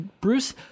bruce